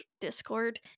Discord